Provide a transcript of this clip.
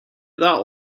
that